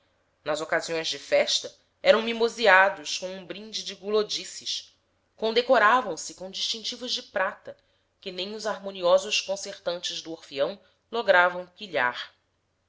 nas ocasiões de festa eram mimoseados com um brinde de gulodices condecoravam se com distintivos de prata que nem os harmoniosos concertantes do orfeão logravam pilhar